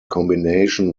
combination